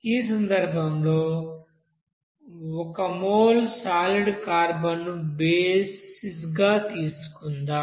ఈ సందర్భంలో 1 mole solid carbon ను బేసిస్ గా తీసుకుందాం